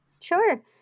Sure